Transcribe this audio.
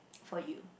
for you